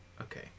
okay